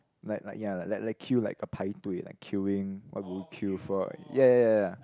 like like ya like like queue like 排队 like queuing what would you queue for ya ya ya ya